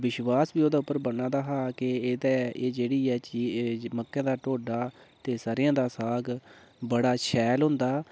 विश्वास बी ओह्दे उप्पर बना दा हा कि एह्दे एह् जेह्ड़ी ऐ मक्कें दा ढोड्ढा ते सरेआं दा साग बड़ा शैल होंदा